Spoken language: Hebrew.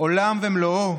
עולם ומלואו.